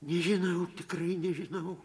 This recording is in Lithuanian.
nežinau tikrai nežinau